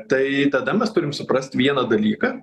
tai tada mes turim suprast vieną dalyką